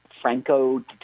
Franco